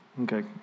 Okay